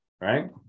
right